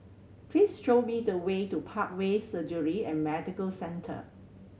please show me the way to Parkway Surgery and Medical Centre